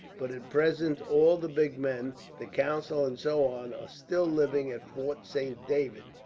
but at present all the big men, the council and so on, are still living at fort saint david,